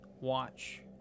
watch